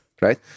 right